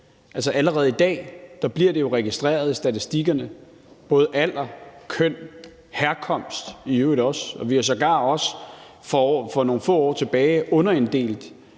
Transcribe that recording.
Allerede i dag bliver det jo registreret i statistikkerne, både alder, køn og i øvrigt også herkomst. Vi har sågar også for nogle få år siden underinddelt